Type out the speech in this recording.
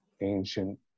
ancient